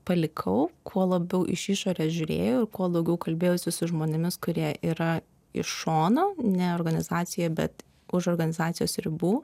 palikau kuo labiau iš išorės žiūrėjau ir kuo daugiau kalbėjausi su žmonėmis kurie yra iš šono ne organizacijoj bet už organizacijos ribų